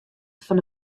fan